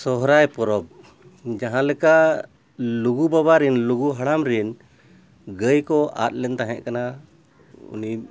ᱥᱚᱦᱨᱟᱭ ᱯᱚᱨᱚᱵᱽ ᱡᱟᱦᱟᱸ ᱞᱮᱠᱟ ᱞᱩᱜᱩ ᱵᱟᱵᱟ ᱨᱮᱱ ᱞᱩᱜᱩ ᱦᱟᱲᱟᱢ ᱨᱮᱱ ᱜᱟᱹᱭ ᱠᱚ ᱟᱫ ᱞᱮᱱ ᱛᱟᱦᱮᱸ ᱠᱟᱱᱟ ᱩᱱᱤ